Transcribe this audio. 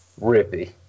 Rippy